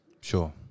Sure